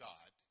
God